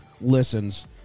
listens